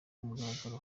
kumugaragaro